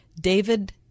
David